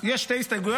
יש שתי הסתייגויות,